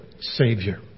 Savior